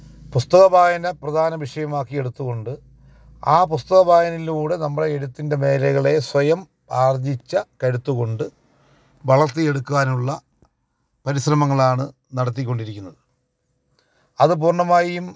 പുസ്തകവായന പ്രധാന വിഷയമാക്കിയെടുത്തുകൊണ്ട് ആ പുസ്തകവായനയിലൂടെ നമ്മളെ എഴുത്തിന്റെ മേഖലകളെ സ്വയം ആര്ജ്ജിച്ച കരുത്ത് കൊണ്ട് വളര്ത്തിയെടുക്കുവാനുള്ള പരിശ്രമങ്ങളാണ് നടത്തിക്കൊണ്ടിരിക്കുന്നത് അത് പൂര്ണ്ണമായും